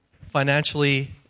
financially